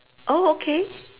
oh okay